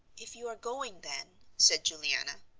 if you are going, then, said juliana,